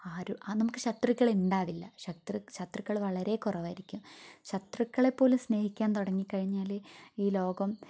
ആരും ആ നമുക്ക് ശത്രുക്കളെ ഉണ്ടാവില്ല ശത്രു ശത്രുക്കൾ വളരെ കുറവായിരിക്കും ശത്രുക്കളെപ്പോലും സ്നേഹിക്കാൻ തുടങ്ങിക്കഴിഞ്ഞാൽ ഈ ലോകം